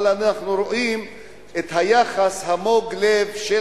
אבל אנחנו רואים את היחס מוג הלב של